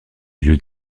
lieu